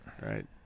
right